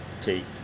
take